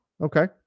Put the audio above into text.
Okay